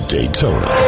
Daytona